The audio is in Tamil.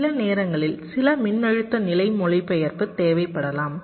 எனவே சில நேரங்களில் சில மின்னழுத்த நிலை மொழிபெயர்ப்பு தேவைப்படலாம்